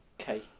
Okay